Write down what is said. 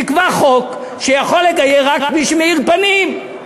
תקבע חוק שיכול לגייר רק מי שמאיר פנים.